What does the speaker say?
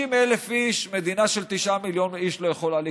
50,000 איש מדינה של 9 מיליון איש לא יכולה לקלוט.